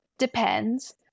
Depends